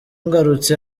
ngarutse